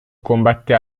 combatté